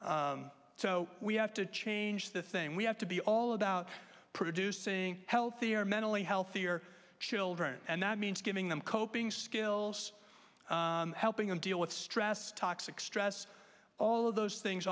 consumers so we have to change the thing we have to be all about producing healthier mentally healthier children and that means giving them coping skills helping them deal with stress toxic stress all of those things